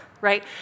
right